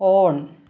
on